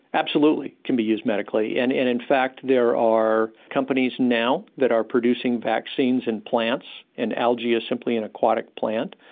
absolutely can be used medically, and in in fact there are companies now that are producing vaccines in plants, and algae is simply an aquatic plant,